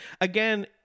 Again